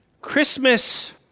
Christmas